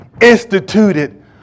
Instituted